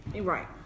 Right